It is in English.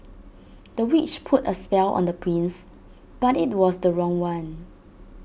the witch put A spell on the prince but IT was the wrong one